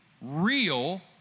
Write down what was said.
real